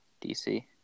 DC